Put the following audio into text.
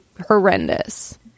horrendous